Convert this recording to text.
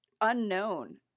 unknown